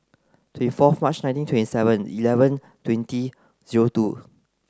twenty fourth March nineteen twenty seven eleven twenty zero two